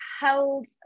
held